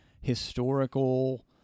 historical